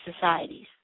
Societies